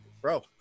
Bro